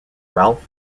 ralph